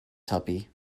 tuppy